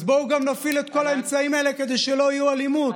אז בואו גם נפעיל את כל האמצעים האלה כדי שלא תהיה אלימות.